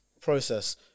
process